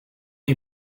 you